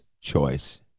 choice